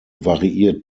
variiert